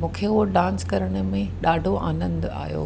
मूंखे उहो डांस करण में ॾाढो आनंदु आयो